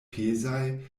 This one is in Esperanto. pezaj